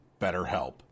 BetterHelp